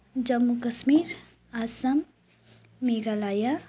Jammu Kashmir Assam Meghalaya